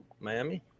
Miami